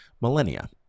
millennia